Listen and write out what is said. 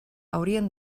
haurien